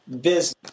business